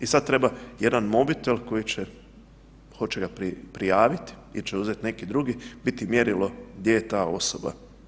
I sad treba jedan mobitel koji će, ko će ga prijavit il će uzet neki drugi, biti mjerilo gdje je ta osoba.